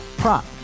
Prop